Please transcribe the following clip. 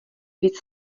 víc